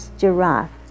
giraffe